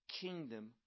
kingdom